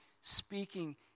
speaking